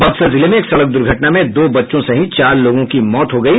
बक्सर जिले में एक सड़क दुर्घटना में दो बच्चों सहित चार लोगों की मौत हो गयी